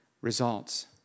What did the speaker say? Results